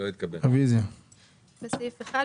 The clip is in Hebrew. בסעיף 1,